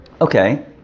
Okay